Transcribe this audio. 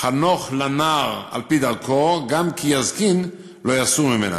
"חנך לנער על-פי דרכו גם כי יזקין לא יסור ממנה".